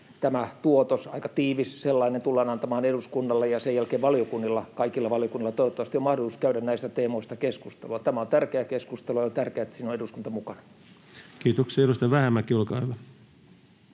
tämä tuotos, aika tiivis sellainen, tullaan antamaan eduskunnalle, ja sen jälkeen valiokunnilla — kaikilla valiokunnilla toivottavasti — on mahdollisuus käydä näistä teemoista keskustelua. Tämä on tärkeää keskustelua, ja on tärkeää, että siinä on eduskunta mukana. Kiitoksia. — Edustaja Vähämäki, olkaa hyvä.